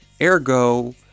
ergo